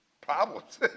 problems